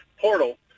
portal